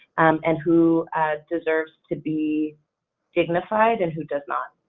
and who deserves to be dignified and who does not.